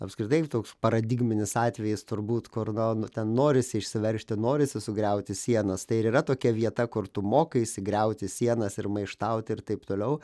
apskritai toks paradigminis atvejis turbūt kur nu ten norisi išsiveržti norisi sugriauti sienas tai ir yra tokia vieta kur tu mokaisi griauti sienas ir maištauti ir taip toliau